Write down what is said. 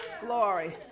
glory